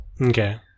Okay